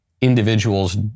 individuals